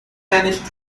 manage